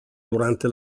durante